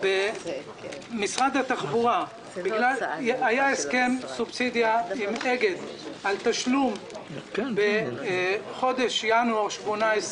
במשרד התחבורה היה הסכם סובסידיה עם אגד על תשלום בחודש ינואר 2019